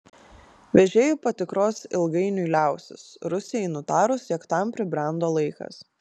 vežėjų patikros ilgainiui liausis rusijai nutarus jog tam pribrendo laikas